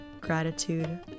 gratitude